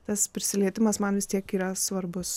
tas prisilietimas man vis tiek yra svarbus